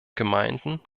gemeinden